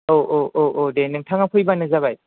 औ औ औ दे नोंथाङा फैबानो जाबाय